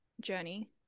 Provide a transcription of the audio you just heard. journey